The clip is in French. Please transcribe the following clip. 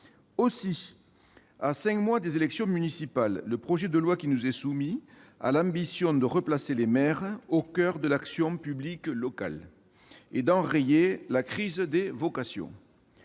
Aussi, à cinq mois des élections municipales, le Gouvernement en nous soumettant ce projet de loi a l'ambition de replacer les maires au coeur de l'action publique locale et d'enrayer la crise des vocations.